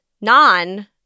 non-